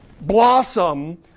blossom